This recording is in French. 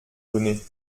donné